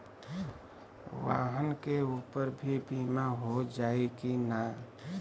वाहन के ऊपर भी बीमा हो जाई की ना?